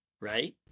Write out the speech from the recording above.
right